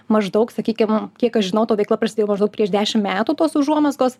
maždaug sakykim kiek aš žinau ta veikla prasidėjo maždaug prieš dešimt metų tos užuomazgos